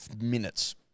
minutes